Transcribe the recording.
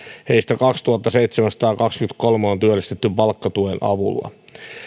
heistä kaksituhattaseitsemänsataakaksikymmentäkolme on työllistetty palkkatuen avulla